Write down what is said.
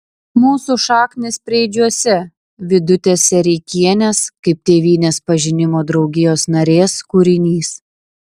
mūsų šaknys preidžiuose vidutės sereikienės kaip tėvynės pažinimo draugijos narės kūrinys